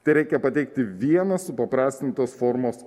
tereikia pateikti vieną supaprastintos formos